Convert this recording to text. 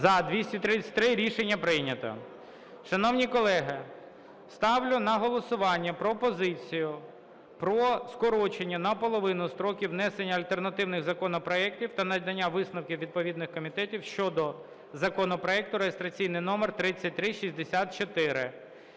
За-233 Рішення прийнято. Шановні колеги, ставлю на голосування пропозицію про скорочення наполовину строків внесення альтернативних законопроектів та надання висновків відповідних комітетів щодо законопроекту (реєстраційний номер 3364).